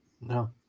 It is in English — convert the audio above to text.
no